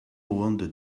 wonder